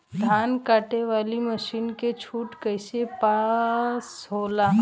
धान कांटेवाली मासिन के छूट कईसे पास होला?